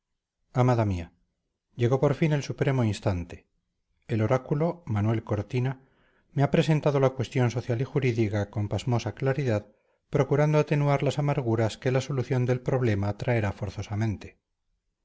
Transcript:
amada mía llegó por fin el supremo instante el oráculo manuel cortina me ha presentado la cuestión social y jurídica con pasmosa claridad procurando atenuar las amarguras que la solución del problema traerá forzosamente